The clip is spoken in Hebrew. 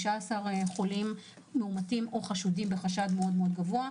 חולים מאומתים או חשודים בחשד גבוה מאוד,